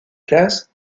classe